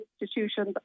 institutions